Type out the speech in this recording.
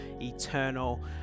eternal